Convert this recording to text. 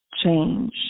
change